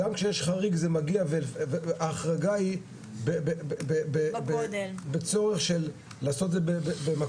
גם כשיש חריג זה מגיע ההחרגה היא בצורך של לעשות את זה במקום,